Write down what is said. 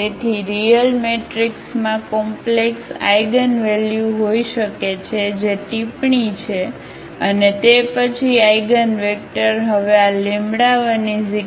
તેથી રીયલ મેટ્રિક્સમાં complex eigenvalue હોઈ શકે છે જે ટિપ્પણી છે અને તે પછી આઇગનવેક્ટર હવે આ 12i